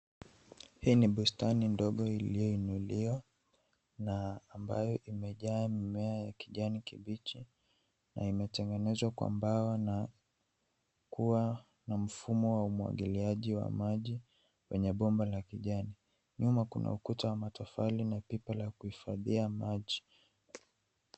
Hii ni bustani ndogo iliyoinuliwa na ambayo imejaa mimea ya kijani kibichi na imetengenezwa kwa mbao na kuwa na mfumo wa umwagiliaji wa maji kwenye bomba la kijani. Nyuma kuna ukuta wa matofali na pipa la kuhifadhia maji.